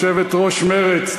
יושבת-ראש מרצ.